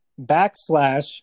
backslash